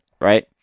right